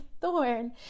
thorn